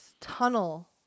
tunnel